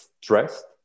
stressed